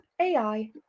AI